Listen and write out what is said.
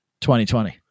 2020